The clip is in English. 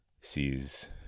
sees